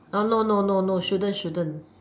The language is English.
no no no no shouldn't shouldn't